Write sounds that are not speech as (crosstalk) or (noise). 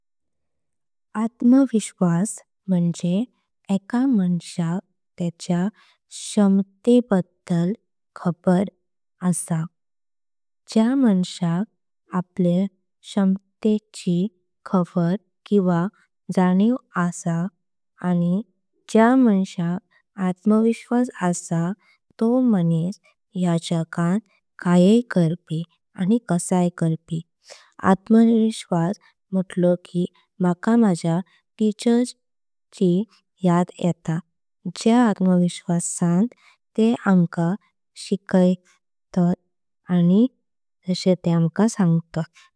आत्मविश्वास म्हणजे एका माणसाक त्याच्या क्षमता बद्दल। खबर असप ज्या माणसां आपले क्षमता खबर आस्ता। आणि ज्या माणसाक आत्मविश्वास आस्त तो माणिस। या जगाय कयाय करपी आणि कसय करपी आत्मविश्वास। म्हंटलो कि माका माझ्या टीचर्स ची यद येता ज्य। आत्मविश्वासान ते आमका (hesitation) शिकायतात तो।